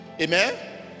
Amen